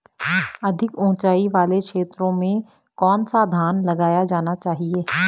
अधिक उँचाई वाले क्षेत्रों में कौन सा धान लगाया जाना चाहिए?